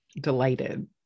delighted